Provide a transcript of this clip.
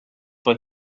for